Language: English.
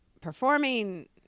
performing